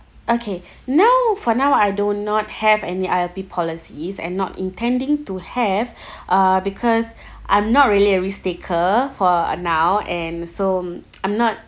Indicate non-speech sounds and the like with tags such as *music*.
okay now for now I do not have any I_L_P policies and not intending to have *breath* uh because I'm not really a risk taker for now and so *noise* I'm not